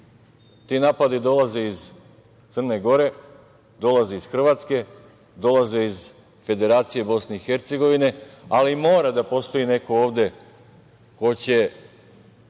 Ti napadi dolaze iz Crne Gore, dolaze iz Hrvatske, dolaze iz Federacije Bosne i Hercegovine, ali mora da postoji neko ovde ko će